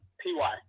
p-y